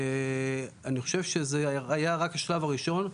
אני חושב שזה היה רק השלב הראשון.